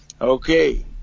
Okay